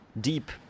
deep